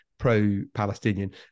pro-Palestinian